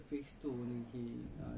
oh